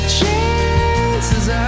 Chances